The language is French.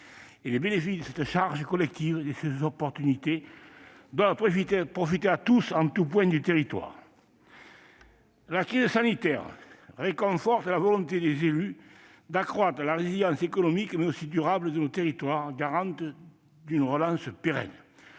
Les bénéfices de cette charge collective et de ces opportunités doivent profiter à tous, en tout point du territoire. La crise sanitaire conforte la volonté des élus locaux d'accroître la résilience économique, mais aussi durable, de nos territoires, garante d'une relance pérenne.